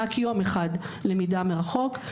רק יום אחד למידה מרחוק.